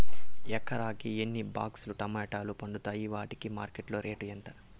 ఎకరాకి ఎన్ని బాక్స్ లు టమోటాలు పండుతాయి వాటికి మార్కెట్లో రేటు ఎంత?